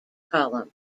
column